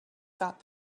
thought